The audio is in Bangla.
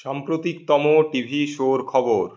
সাম্প্রতিকতম টিভি শোর খবর